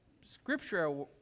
scripture